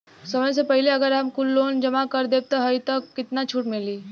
समय से पहिले अगर हम कुल लोन जमा कर देत हई तब कितना छूट मिली?